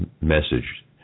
message